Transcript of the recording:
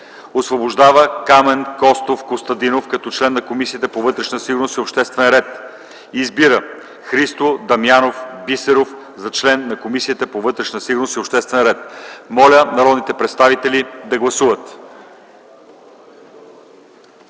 Освобождава Камен Костов Костадинов като член на Комисията по вътрешна сигурност и обществен ред. 2. Избира Христо Дамянов Бисеров за член на Комисията по вътрешна сигурност и обществен ред.” Моля народните представители да гласуват.